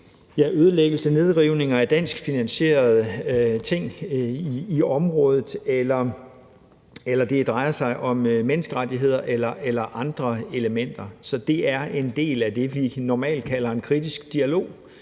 ødelæggelse, nedrivning af danskfinansierede ting i området, eller det drejer sig om menneskerettigheder eller andre elementer. Så det er en del af det, vi normalt kalder en kritisk dialog.